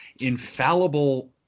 infallible